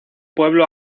pueblo